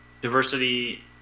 diversity